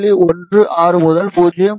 16 முதல் 0